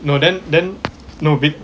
no then then no bid